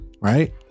right